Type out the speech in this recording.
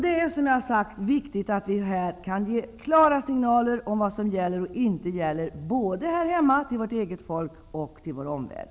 Det är, som jag har sagt, viktigt att vi kan ge klara signaler om vad som gäller och inte gäller, både här hemma till vårt eget folk och till vår omvärld.